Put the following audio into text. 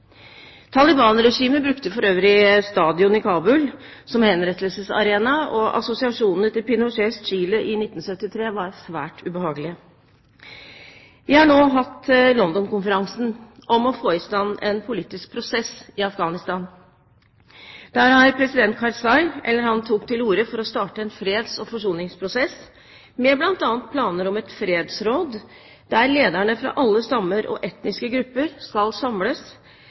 Taliban-regimet brukte for øvrig stadion i Kabul som henrettelsesarena, og assosiasjonene til Pinochets Chile i 1973 var svært ubehagelige. Vi har nå hatt London-konferansen om å få i stand en politisk prosess i Afghanistan. Der tok president Karzai til orde for å starte en freds- og forsoningsprosess, med bl.a. planer om et fredsråd der lederne fra alle stammer og etniske grupper skal samles.